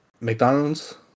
McDonald's